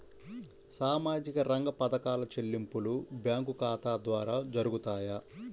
సామాజిక రంగ పథకాల చెల్లింపులు బ్యాంకు ఖాతా ద్వార జరుగుతాయా?